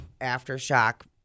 Aftershock